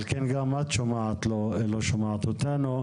על כן גם את לא שומעת אותנו.